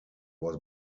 was